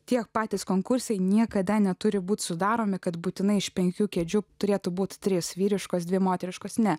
tiek patys konkursai niekada neturi būti sudaromi kad būtinai iš penkių kėdžių turėtų būti trys vyriškos dvi moteriškos ne